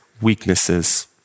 weaknesses